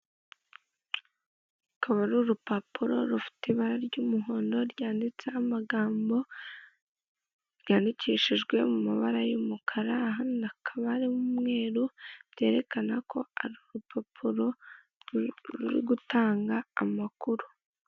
Akaba ari urupapuro rufite ibara ry'umuhondo, ryanditseho amagambo ryandikishijwe amabara y'umukara ahandi akaba ari umweru, byerekana ko ari urupapuro ruri gutanga amakuru.